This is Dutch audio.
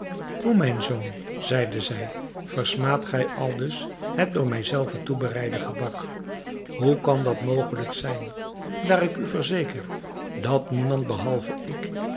hoe mijn zoon zeide zij versmaadt gij aldus het door mij zelve toebereide gebak hoe kan dat mogelijk zijn daar ik u verzeker dat niemand behalve ik